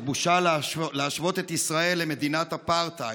בושה להשוות את ישראל למדינת אפרטהייד.